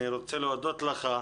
אני רוצה להודות לך.